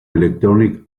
electronic